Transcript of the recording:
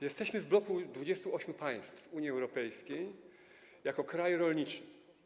Jesteśmy w bloku 28 państw Unii Europejskiej jako kraj rolniczy.